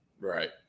Right